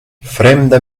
fremda